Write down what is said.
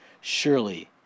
surely